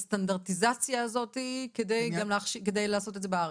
את הסטנדרטיזציה הזאת כדי לעשות את זה בארץ.